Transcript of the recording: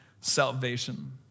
salvation